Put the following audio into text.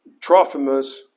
Trophimus